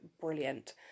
brilliant